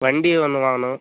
வண்டி ஒன்று வாங்கணும்